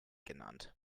genannt